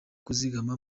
kuzigama